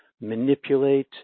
manipulate